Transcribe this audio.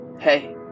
Hey